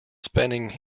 spending